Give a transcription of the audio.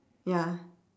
ya